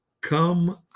Come